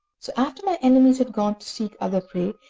so after my enemies had gone to seek other prey,